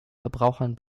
verbrauchern